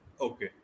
Okay